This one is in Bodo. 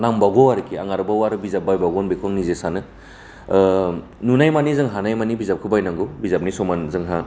नांबावगौ आरखि आं आरबाव बिजाब बायबावगोन बेखौ आं निजे सानो ओ नुनायमानि जों हानायमानि बिजाबखौ बायनांगौ बिजाबनि समान जोंहा